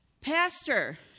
pastor